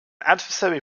adversary